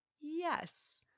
yes